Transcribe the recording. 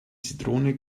zitrone